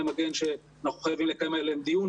מגן שאנחנו חייבים לקיים עליהם דיון,